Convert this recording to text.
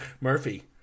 Murphy